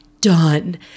done